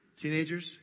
Teenagers